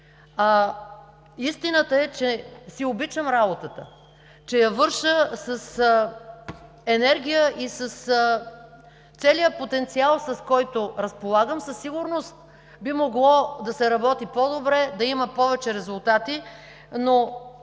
Истината е, че си обичам работата, че я върша с енергия и с целия потенциал, с който разполагам. Със сигурност би могло да се работи по-добре, да има повече резултати, но